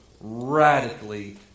radically